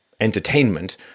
entertainment